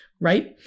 right